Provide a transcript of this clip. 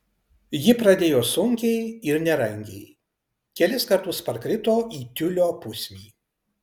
ji pradėjo sunkiai ir nerangiai kelis kartus parkrito į tiulio pusnį